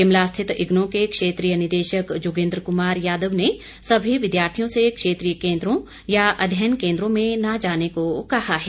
शिमला स्थित इग्नू के क्षेत्रीय निदेशक जोगिन्द्र कुमार यादव ने सभी विद्यार्थियों से क्षेत्रीय केन्द्रों या अध्ययन केन्द्रों में न जाने को कहा है